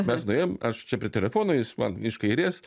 mes nuėjom aš čia prie telefono jis man iš kairės